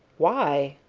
why?